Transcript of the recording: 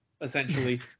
essentially